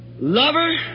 lover